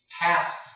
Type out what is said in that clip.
past